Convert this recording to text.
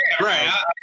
Right